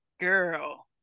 girl